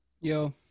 Yo